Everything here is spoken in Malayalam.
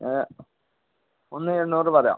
ഏ ഒന്ന് എണ്ണൂറ് വരാം